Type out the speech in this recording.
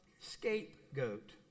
scapegoat